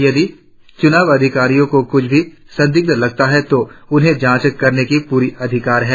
यदि चुनाव अधिकारियों को कुछ भी संदिग्ध लगता है तो उन्हें जांच करने का पूरा अधिकार है